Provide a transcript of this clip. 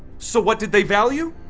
so what did they value?